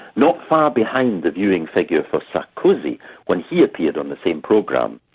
not far behind the viewing figures for sarkozy when he appeared on the same program.